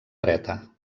dreta